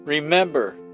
Remember